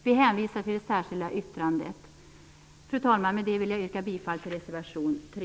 Vi hänvisar till det särskilda yttrandet. Fru talman! Med detta vill jag yrka bifall till reservation 3.